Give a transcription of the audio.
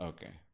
Okay